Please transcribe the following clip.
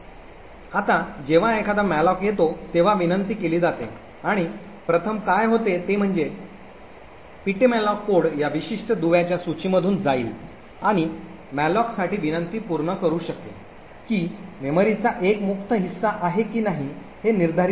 आता जेव्हा एखादा मॅलोक येतो तेव्हा विनंती केली जाते आणि प्रथम काय होते ते म्हणजे ptmalloc कोड या विशिष्ट दुव्याच्या सूचीमधून जाईल आणि मेलोकसाठी विनंती पूर्ण करू शकेल की मेमरीचा एक मुक्त हिस्सा आहे की नाही हे निर्धारित करेल